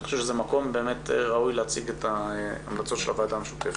אני חושב שזה מקום ראוי להציג את ההמלצות של הוועדה המשותפת.